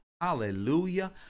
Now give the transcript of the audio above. Hallelujah